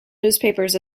newspapers